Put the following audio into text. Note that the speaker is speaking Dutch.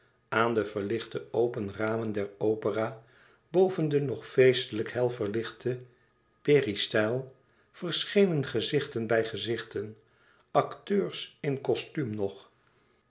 aan de verlichte open ramen der opera boven de nog feestelijk hel verlichte peristyle verschenen gezichten bij gezichten akteurs in kostuum nog